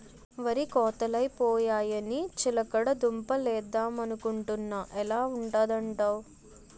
వరి కోతలై పోయాయని చిలకడ దుంప లేద్దమనుకొంటున్నా ఎలా ఉంటదంటావ్?